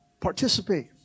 Participate